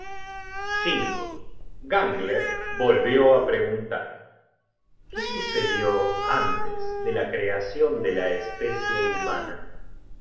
se hunde gangler volvió á preguntar qué sucedió antes de la creacion de la especie humana